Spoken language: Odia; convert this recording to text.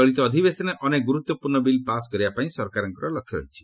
ଚଳିତ ଅଧିବେଶନରେ ଅନେକ ଗୁରୁତ୍ୱପୂର୍ଣ୍ଣ ବିଲ୍ ପାସ୍ କରେଇବା ପାଇଁ ସରକାର ଲକ୍ଷ୍ୟ ରଖିଛନ୍ତି